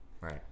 Right